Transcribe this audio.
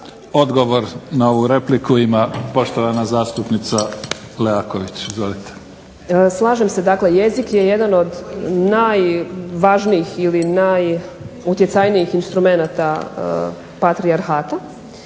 Odgovor na ovu repliku ima poštovana zastupnica Leaković. Izvolite. **Leaković, Karolina (SDP)** Slažem se. Dakle, jezik je jedan od najvažnijih ili najutjecajnijih instrumenata patrijarhata,